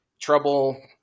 trouble